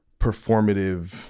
performative